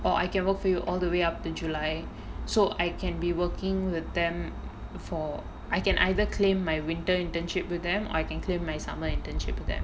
while I can work for you all the way up to july so I can be working with them for I can either claim my winter internship with them I can claim my summer internship there